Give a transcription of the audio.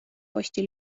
posti